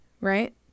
right